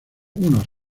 unos